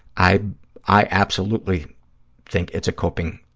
i i absolutely think it's a coping